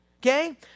Okay